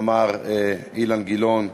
אמר אילן גילאון ידידנו,